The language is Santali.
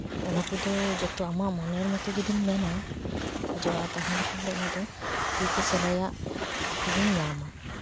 ᱚᱱᱟ ᱠᱚᱫᱚ ᱡᱚᱛᱚ ᱟᱢᱟᱜ ᱢᱚᱱᱮᱨ ᱢᱚᱛᱚ ᱡᱩᱫᱤᱢ ᱢᱮᱱᱟ ᱠᱷᱚᱡᱚᱜᱼᱟ ᱛᱟᱦᱞᱮ ᱠᱷᱟᱱ ᱫᱚ ᱚᱱᱟ ᱫᱚ ᱛᱤ ᱛᱮ ᱥᱮᱞᱟᱭᱟᱜ ᱨᱮᱜᱮᱢ ᱧᱟᱢᱟ